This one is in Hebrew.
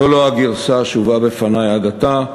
זאת לא הגרסה שהובאה בפני עד עתה.